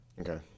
Okay